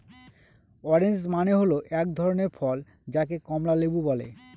orange মানে হল এক ধরনের ফল যাকে কমলা লেবু বলে